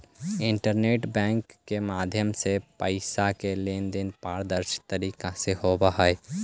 internet banking के माध्यम से पैइसा के लेन देन पारदर्शी तरीका से होवऽ हइ